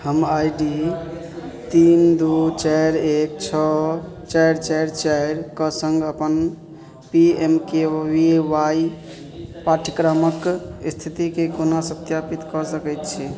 हम I D U तीन दुइ चारि एक छओ चारि चारि चारिके सङ्ग अपन P M K V Y पाठ्यक्रमके इस्थितिकेँ कोना सत्यापित कऽ सकै छी